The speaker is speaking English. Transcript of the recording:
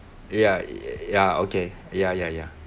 ya ya okay ya ya ya